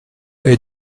est